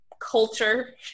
culture